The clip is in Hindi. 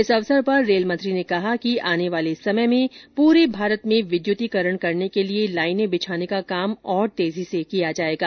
इस अवसर पर रेल मंत्री ने कहा कि आने वाले समय में पूरे भारत में विद्युतीकरण करने के लिए लाइनें बिछाने का काम और तेजी से किया जाएगा